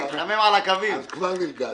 אז כבר נרגעתי.